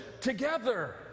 together